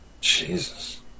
Jesus